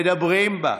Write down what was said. מדברים בה,